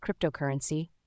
cryptocurrency